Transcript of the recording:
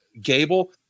Gable